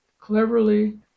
cleverly